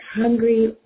hungry